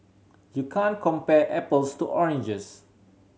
you can't compare apples to oranges